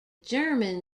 german